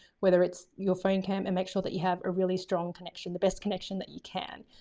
whether it's your phone cam, and make sure that you have a really strong connection, the best connection that you can.